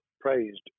praised